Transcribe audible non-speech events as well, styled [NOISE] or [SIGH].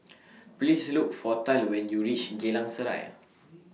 [NOISE] Please Look For Tal when YOU REACH Geylang Serai [NOISE]